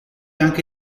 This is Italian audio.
anche